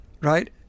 right